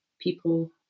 people